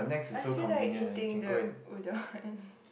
I feel like eating the udon